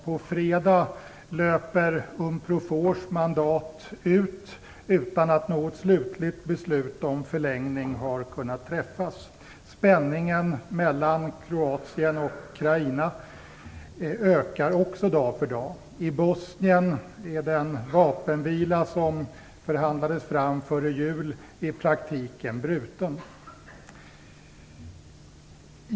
På fredag löper Unprofors mandat ut utan att något slutligt beslut om förlängning har kunnat fattas. Spänningen mellan Kroatien och Krajina ökar också dag för dag. I Bosnien är den vapenvila som förhandlades fram före jul i praktiken bruten.